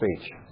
speech